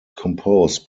composed